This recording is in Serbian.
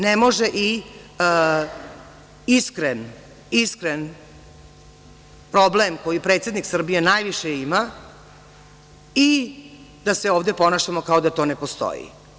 Ne može i iskren problem koji predsednik Srbije najviše ima i da se ovde ponašamo kao da to ne postoji.